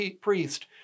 priest